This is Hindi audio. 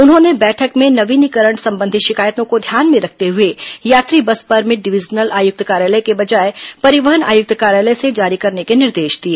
उन्होंने बैठक में नवीनीकरण संबंधी शिकायतों को ध्यान में रखते हुए यात्री बस परमिट डिवीजनल आयुक्त कार्यालय के बजाए परिवहन आयुक्त कार्यालय से जारी करने के निर्देश दिए